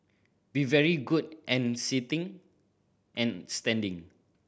be very good and sitting and standing